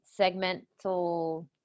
segmental